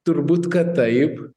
turbūt kad taip